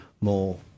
more